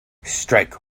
strike